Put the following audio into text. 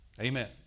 Amen